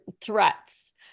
threats